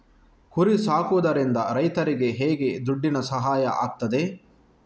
ಕುರಿ ಸಾಕುವುದರಿಂದ ರೈತರಿಗೆ ಹೇಗೆ ದುಡ್ಡಿನ ಸಹಾಯ ಆಗ್ತದೆ?